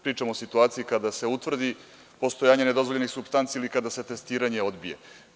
Pričam o situaciji kada se utvrdi postojanje nedozvoljenih supstanci ili kada se testiranje odbije.